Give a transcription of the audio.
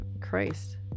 Christ